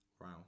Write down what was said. Wow